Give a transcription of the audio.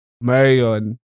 Marion